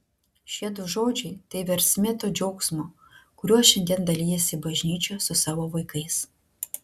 šie du žodžiai tai versmė to džiaugsmo kuriuo šiandien dalijasi bažnyčia su savo vaikais